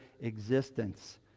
existence